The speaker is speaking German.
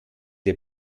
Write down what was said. der